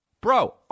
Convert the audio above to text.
Bro